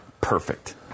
Perfect